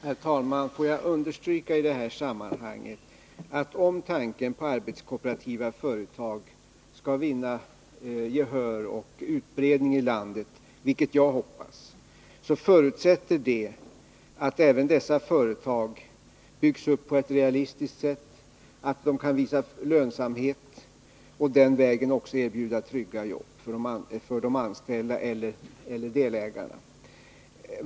Herr talman! Får jag understryka i detta sammanhang att om tanken på arbetskooperativa företag skall vinna gehör och utbredning i landet, vilket jag hoppas, förutsätter det att även dessa företag byggs upp på ett realistiskt sätt, att de kan vinna lönsamhet och den vägen också erbjuda trygga jobb för de anställda eller delägarna.